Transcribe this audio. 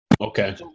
Okay